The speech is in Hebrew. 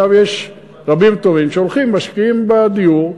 יש רבים וטובים שמשקיעים בדיור,